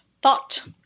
thought